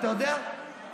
אתה יודע,